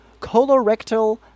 colorectal